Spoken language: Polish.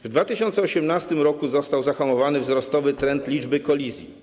W 2018 r. został zahamowany wzrostowy trend liczby kolizji.